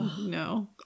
No